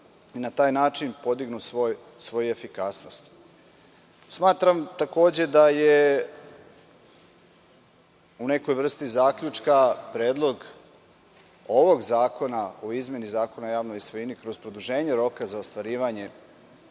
i na taj način podignu svoju efikasnost. Smatram, takođe, u nekoj vrsti zaključka, da je Predlog ovog zakona o izmeni Zakona o javnoj svojini kroz produženje roka za ostvarivanje